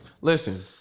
listen